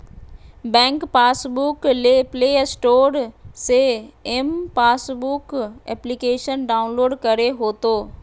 bank passbook ले play store से M passbook application download करे होतो